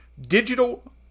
digital